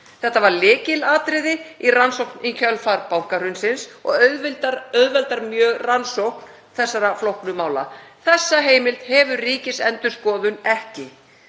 Þetta var lykilatriði í rannsókn í kjölfar bankahrunsins og auðveldaði mjög rannsókn þessara flóknu mála. Þessa heimild hefur Ríkisendurskoðun ekki.